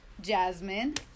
jasmine